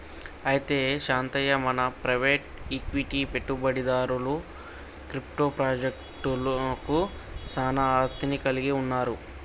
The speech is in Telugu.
అయితే శాంతయ్య మన ప్రైవేట్ ఈక్విటి పెట్టుబడిదారులు క్రిప్టో పాజెక్టలకు సానా ఆసత్తి కలిగి ఉన్నారు